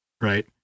right